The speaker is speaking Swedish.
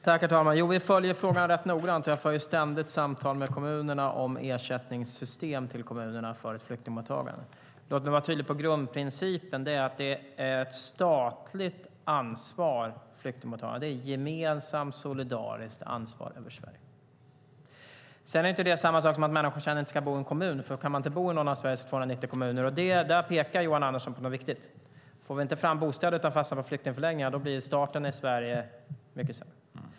Herr talman! Vi följer frågan rätt noggrant. Jag för ständigt samtal med kommunerna om ersättningssystem till kommunerna för flyktingmottagande. Låt mig vara tydlig om grundprincipen. Det är att flyktingmottagandet är ett statligt ansvar; det är ett gemensamt solidariskt ansvar för Sverige. Sedan är inte det samma sak som att människor inte ska bo i en kommun. Kan man inte bo i någon av Sveriges 290 kommuner - där pekar Johan Andersson på något viktigt - därför att vi inte får fram bostäder utan man fastnar på flyktingförläggningar blir starten i Sverige mycket sämre.